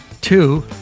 Two